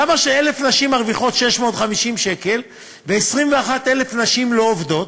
למה 1,000 נשים מרוויחות 650 שקל ו-21,000 נשים לא עובדות?